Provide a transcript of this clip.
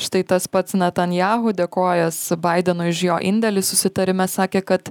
štai tas pats natanyahu dėkojęs baidenui už jo indėlį susitarime sakė kad